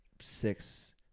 six